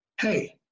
Hey